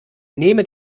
neme